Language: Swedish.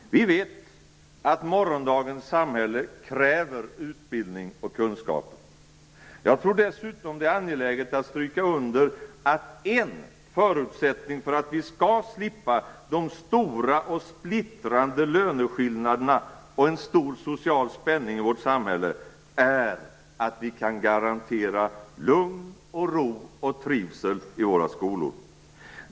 Vi vet att morgondagens samhälle kräver utbildning och kunskaper. Jag tror dessutom att det är angeläget att stryka under att en förutsättning för att vi skall slippa de stora och splittrande löneskillnaderna och en stor social spänning i vårt samhälle är att vi kan garantera lugn, ro och trivsel i våra skolor.